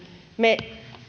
me